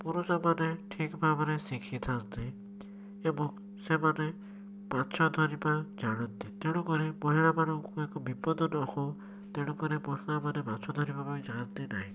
ପୁରୁଷମାନେ ଠିକ ଭାବରେ ଶିଖିଥାଆନ୍ତି ଏବଂ ସେମାନେ ମାଛ ଧରିବା ଜାଣନ୍ତି ତେଣୁକରି ମହିଳାମାନଙ୍କୁ ଏକ ବିପଦ ନ ହଉ ତେଣୁକରି ମହିଳାମାନେ ମାଛ ଧରିବା ପାଇଁ ଯାଆନ୍ତି ନାହିଁ